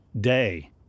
day